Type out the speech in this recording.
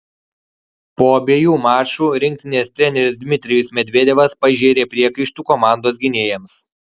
po abiejų mačų rinktinės treneris dmitrijus medvedevas pažėrė priekaištų komandos gynėjams